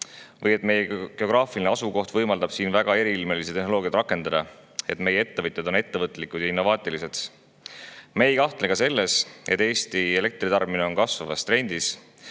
targad, meie geograafiline asukoht võimaldab rakendada siin väga eriilmelisi tehnoloogiaid ning et meie ettevõtjad on ettevõtlikud ja innovaatilised. Me ei kahtle ka selles, et Eesti elektritarbimine on kasvavas trendis,